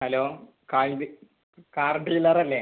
hello car car dealer അല്ലേ